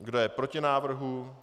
Kdo je proti návrhu?